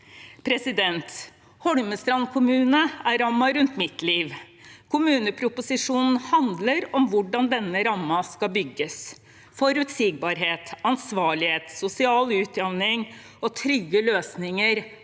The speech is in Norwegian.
Holmestrand kommune er rammen rundt mitt liv. Kommuneproposisjonen handler om hvordan denne rammen skal bygges. Forutsigbarhet, ansvarlighet, sosial utjevning og trygge løsninger